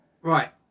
right